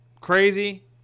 Crazy